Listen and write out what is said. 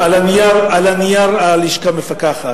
אדוני היושב-ראש, על הנייר הלשכה מפקחת.